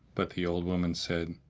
but the old woman said,